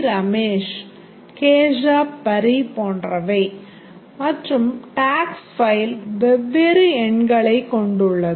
ரமேஷ் கேஷாப் பரி போன்றவை மற்றும் tax file வெவ்வேறு எண்களைக் கொண்டுள்ளது